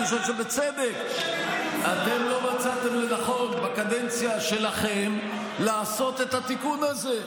אני חושב שבצדק אתם לא מצאתם לנכון בקדנציה שלכם לעשות את התיקון הזה.